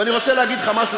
ואני רוצה להגיד לך משהו,